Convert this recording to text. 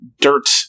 dirt